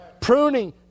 Pruning